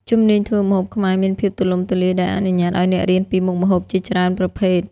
ជំនាញធ្វើម្ហូបខ្មែរមានភាពទូលំទូលាយ ដែលអនុញ្ញាតឱ្យអ្នករៀនពីមុខម្ហូបជាច្រើនប្រភេទ។